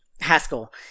haskell